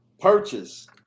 purchase